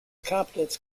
competence